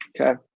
Okay